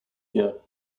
here